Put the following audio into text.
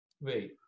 wait